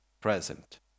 present